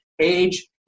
age